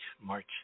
March